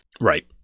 Right